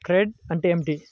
Credit అంటే ఏమిటి?